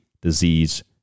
disease